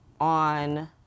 on